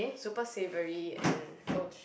super savory and oh